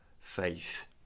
faith